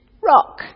rock